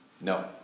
No